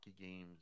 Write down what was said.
games